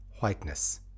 Whiteness